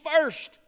first